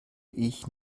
ich